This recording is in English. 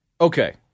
Okay